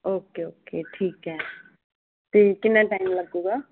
okay okay ਠੀਕ ਹੈ ਅਤੇ ਕਿੰਨਾ ਟਾਈਮ ਲੱਗੂਗਾ